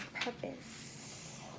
purpose